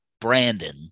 Brandon